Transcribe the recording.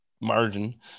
margin